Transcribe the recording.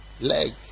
leg